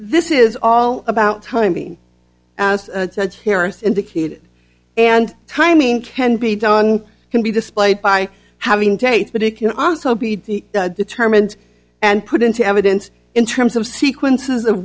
this is all about timing as harris indicated and timing can be done can be displayed by having tape but it can also be determined and put into evidence in terms of sequences of